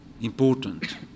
important